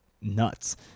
nuts